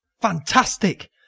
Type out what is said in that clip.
fantastic